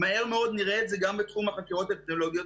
מהר מאוד נראה את זה גם בתחום החקירות האפידמיולוגיות.